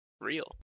Real